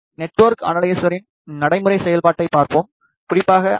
network அனலைசரின் நடைமுறைச் செயல்பாட்டைப் பார்ப்போம் குறிப்பாக ஐ